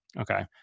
Okay